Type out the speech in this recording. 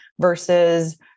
versus